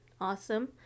awesome